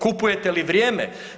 Kupujete li vrijeme?